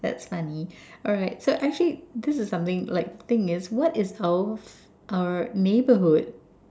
that's funny alright so actually this is something like the thing is what is our our neighbourhood